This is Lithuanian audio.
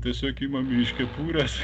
tiesiog imami iš kepurės